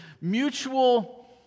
mutual